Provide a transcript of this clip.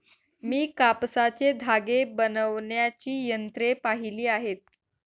मी कापसाचे धागे बनवण्याची यंत्रे पाहिली आहेत